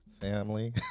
family